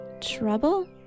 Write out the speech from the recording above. Trouble